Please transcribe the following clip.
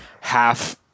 half